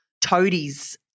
Toadie's